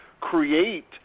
create